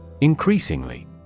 Increasingly